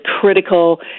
critical